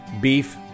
Beef